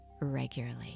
regularly